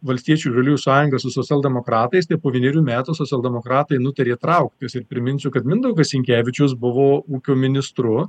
valstiečių žaliųjų sąjunga su socialdemokratais tai po vienerių metų socialdemokratai nutarė trauktis ir priminsiu kad mindaugas sinkevičius buvo ūkio ministru